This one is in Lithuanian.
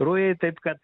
rujai taip kad